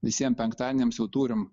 visiem penktadieniams jau turim